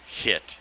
hit